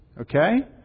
Okay